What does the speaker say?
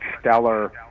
stellar